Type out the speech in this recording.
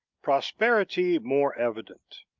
prosperity more evident.